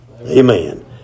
Amen